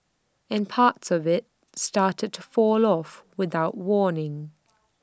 and parts of IT started to fall off without warning